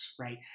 Right